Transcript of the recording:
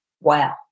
wow